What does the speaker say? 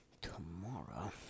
tomorrow